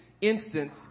instance